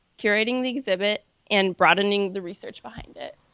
curating the exhibit and broadening the research behind it.